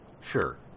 Sure